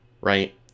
Right